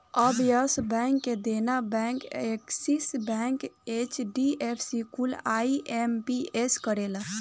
अब Yes Bank, Dena Bank, Axis Bank, HDFC कुल IMPS करेला